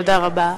תודה רבה,